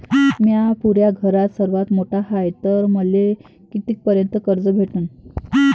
म्या पुऱ्या घरात सर्वांत मोठा हाय तर मले किती पर्यंत कर्ज भेटन?